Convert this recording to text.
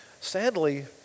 Sadly